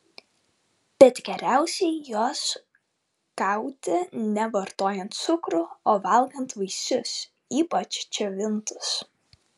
bet geriausiai jos gauti ne vartojant cukrų o valgant vaisius ypač džiovintus